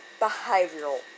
behavioral